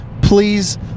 Please